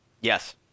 yes